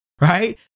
right